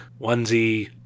onesie